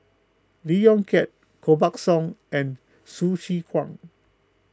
Lee Yong Kiat Koh Buck Song and Hsu Tse Kwang